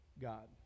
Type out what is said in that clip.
God